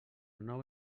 nou